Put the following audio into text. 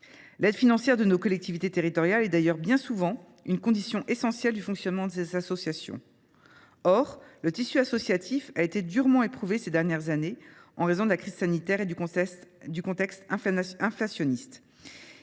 L’aide financière de nos collectivités territoriales est d’ailleurs bien souvent une condition essentielle de leur fonctionnement. Or le tissu associatif a été durement éprouvé ces dernières années en raison de la crise sanitaire et du contexte inflationniste.